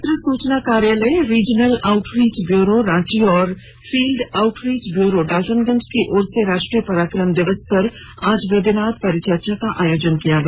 पत्र सूचना कार्यालय रीजनल आउटरीच ब्यूरो रांची और फील्ड आउटरीच ब्यूरो डाल्टनगंज की ओर से राष्ट्रीय पराक्रम दिवस पर आज वेबिनार परिचर्चा का आयोजन किया गया